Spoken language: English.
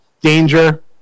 danger